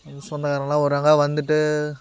இவங்க சொந்தகாரங்கலாம் வருவாங்க வந்துட்டு